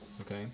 okay